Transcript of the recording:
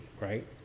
right